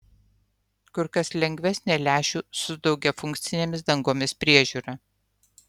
kur kas lengvesnė lęšių su daugiafunkcėmis dangomis priežiūra